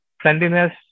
friendliness